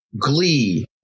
Glee